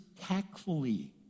tactfully